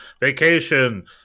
vacation